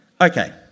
Okay